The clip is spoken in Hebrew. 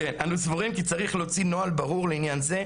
אנו סבורים כי צריך להוציא נוהל ברור לעניין זה,